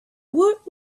woot